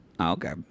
Okay